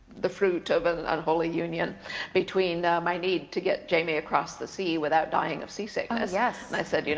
the fruit of an unholy union between my need to get jamie across the sea without dying of seasickness. oh yes. and i said, you know